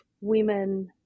women